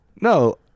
No